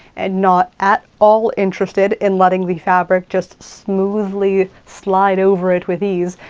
and not at all interested in letting the fabric just smoothly slide over it with ease,